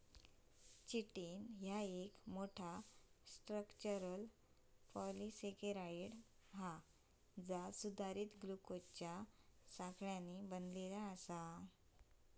chitin ह्या एक मोठा, स्ट्रक्चरल पॉलिसेकेराइड हा जा सुधारित ग्लुकोजच्या साखळ्यांनी बनला आसा